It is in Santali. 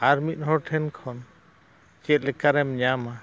ᱟᱨ ᱢᱤᱫ ᱦᱚᱲ ᱴᱷᱮᱱ ᱠᱷᱚᱱ ᱪᱮᱫ ᱞᱮᱠᱟ ᱨᱮᱢ ᱧᱟᱢᱟ